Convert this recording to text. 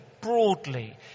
Broadly